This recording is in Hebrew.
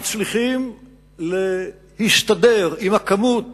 מצליחים להסתדר עם הכמות